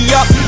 up